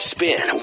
Spin